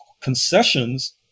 concessions